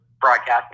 broadcasting